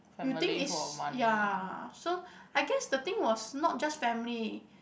you think is ya so I guess the thing was not just family